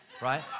right